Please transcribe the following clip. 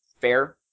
fair